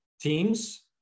teams